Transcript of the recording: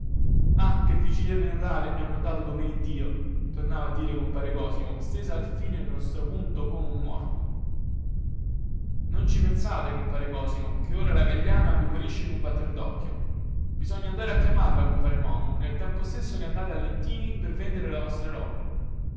ah che vigilia di natale mi ha mandato domeneddio tornava a dire compare cosimo steso alfine nello strapunto come un morto non ci pensate compare cosimo che ora la gagliana vi guarisce in un batter docchio bisogna andare a chiamarla compare mommu nel tempo stesso che andate a lentini per vendere la vostra roba